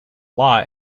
law